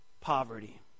poverty